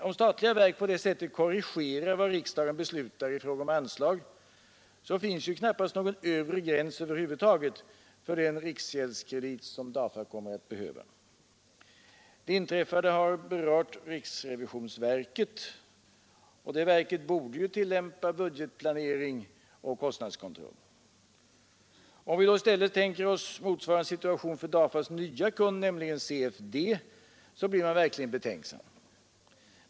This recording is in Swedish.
Om statliga verk på detta sätt ”korrigerar” vad riksdagen beslutar i fråga om anslag, finns ju knappast någon övre gräns över huvud taget för den riksgäldskredit som DAFA kommer att behöva. Det inträffade har berört riksrevisionsverket, som ju borde tillämpa budgetplanering och kostnadskontroll. Om man då i stället tänker sig motsvarande situation för DAFA:s nya kund, nämligen CFD, så blir man verkligt betänksam.